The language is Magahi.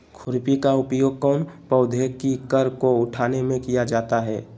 खुरपी का उपयोग कौन पौधे की कर को उठाने में किया जाता है?